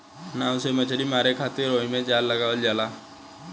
नाव से मछली मारे खातिर ओहिमे जाल लगावल जाला